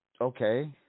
okay